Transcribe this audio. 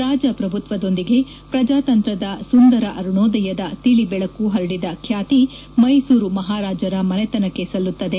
ರಾಜಪ್ರಭುತ್ವದೊಂದಿಗೆ ಪ್ರಜಾತಂತ್ರದ ಸುಂದರ ಅರುಣೋದಯದ ತಿಳಿ ಬೆಳಕು ಪರಡಿದ ಬ್ಯಾತಿ ಮೈಸೂರು ಮಹಾರಾಜರ ಮನೆತನಕ್ಕೆ ಸಲ್ಲುತ್ತದೆ